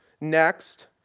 Next